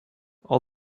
all